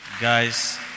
guys